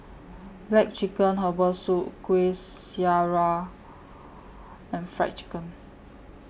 Black Chicken Herbal Soup Kuih Syara and Fried Chicken